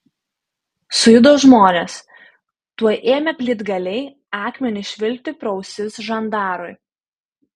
sujudo žmonės tuoj ėmė plytgaliai akmenys švilpti pro ausis žandarui